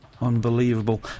Unbelievable